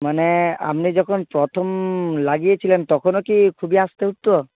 মানে আপনি যখন প্রথম লাগিয়েছিলেন তখনও কি খুবই আস্তে উঠত